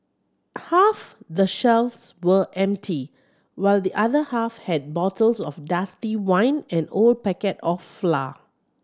half the shelves were empty while the other half had bottles of dusty wine and old packet of flour